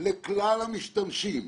לכלל המשתמשים,